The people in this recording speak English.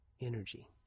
energy